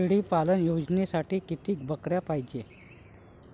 शेळी पालन योजनेसाठी किती बकऱ्या पायजे?